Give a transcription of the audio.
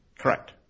Correct